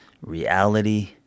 reality